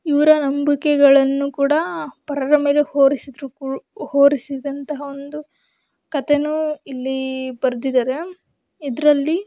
ಇವರ ನಂಬಿಕೆಗಳನ್ನು ಕೂಡ ಪರರ ಮೇಲೆ ಹೊರಿಸಿದ್ರು ಕೂ ಹೊರಿಸಿದಂತಹ ಒಂದು ಕಥೆನೂ ಇಲ್ಲಿ ಬರ್ದಿದ್ದಾರೆ ಇದರಲ್ಲಿ